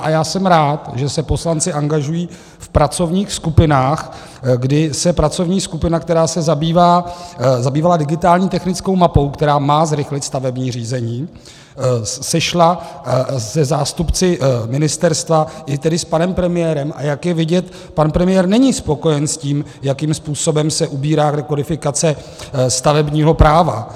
A já jsem rád, že se poslanci angažují v pracovních skupinách, kdy se pracovní skupina, která se zabývala digitální technickou mapou, která má zrychlit stavební řízení, sešla se zástupci ministerstva i tedy s panem premiérem, a jak je vidět, pan premiér není spokojen s tím, jakým způsobem se ubírá rekodifikace stavebního práva.